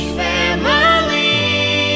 family